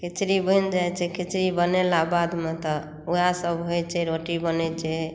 खिचड़ी बनि जाइ छै खिचड़ी बनेला बादमे तऽ वएह सभ होइ छै रोटी बनै छै